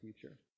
future